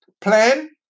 Plan